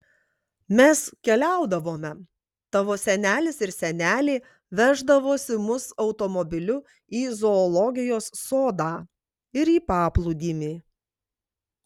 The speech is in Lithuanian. mes keliaudavome tavo senelis ir senelė veždavosi mus automobiliu į zoologijos sodą ir į paplūdimį